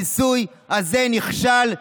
הניסוי הזה נכשל,